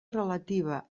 relativa